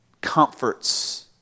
comforts